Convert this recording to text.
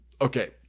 Okay